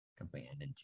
Abandoned